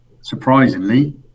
surprisingly